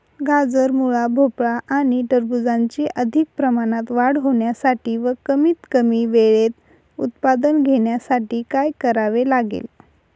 गाजर, मुळा, भोपळा आणि टरबूजाची अधिक प्रमाणात वाढ होण्यासाठी व कमीत कमी वेळेत उत्पादन घेण्यासाठी काय करावे लागेल?